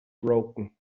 broken